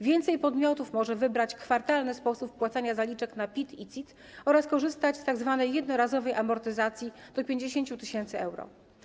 Więcej podmiotów może wybrać kwartalny sposób wpłacania zaliczek na PIT i CIT oraz korzystać z tzw. jednorazowej amortyzacji, do 50 tys. euro.